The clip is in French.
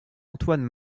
antoine